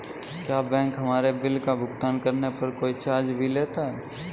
क्या बैंक हमसे बिल का भुगतान करने पर कोई चार्ज भी लेता है?